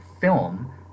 film